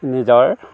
নিজৰ